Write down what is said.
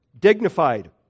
dignified